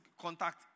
contact